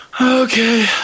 Okay